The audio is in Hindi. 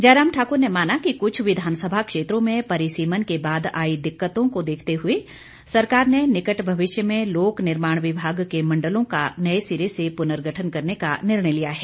जयराम ठाकुर ने माना कि कुछ विधानसभा क्षेत्रों में परिसीमन के बाद आई दिक्कतों को देखते हुए सरकार ने निकट भविष्य में लोकनिर्माण विभाग के मंडलों का नए सिरे से पुनर्गठन करने का निर्णय लिया है